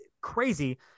crazy